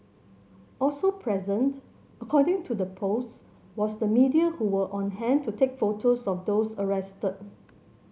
also present according to the post was the media who were on hand to take photos of those arrested